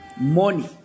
Money